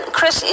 Chris